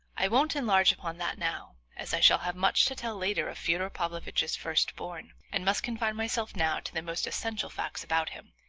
i won't enlarge upon that now, as i shall have much to tell later of fyodor pavlovitch's firstborn, and must confine myself now to the most essential facts about him,